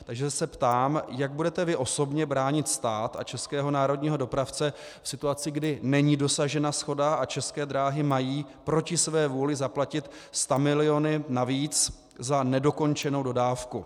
Takže se ptám, jak budete vy osobně bránit stát a českého národního dopravce v situaci, kdy není dosažena shoda a České dráhy mají proti své vůli zaplatit stamiliony navíc za nedokončenou dodávku.